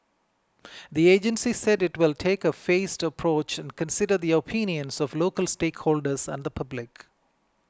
the agency said it will take a phased approach and consider the opinions of local stakeholders and the public